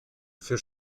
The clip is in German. für